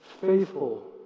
faithful